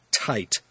tight